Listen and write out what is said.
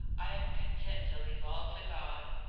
i am content to leave all to god.